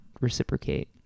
reciprocate